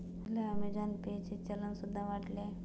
हल्ली Amazon pay चे चलन सुद्धा वाढले आहे